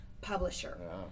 publisher